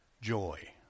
joy